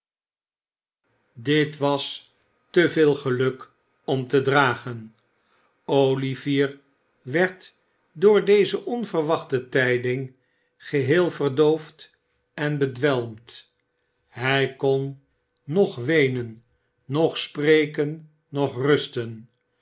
dit was te veel geluk om te dragen olivier werd door deze onverwachte tijding geheel verdoofd en bedwelmd hij kon noch weenen noch spreken noch rusten